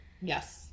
yes